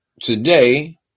today